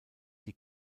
die